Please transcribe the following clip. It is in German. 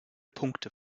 punkte